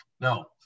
no